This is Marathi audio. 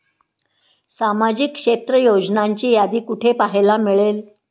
सामाजिक क्षेत्र योजनांची यादी कुठे पाहायला मिळेल?